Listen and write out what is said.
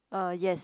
uh yes